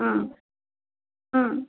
ம் ம்